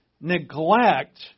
Neglect